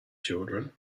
children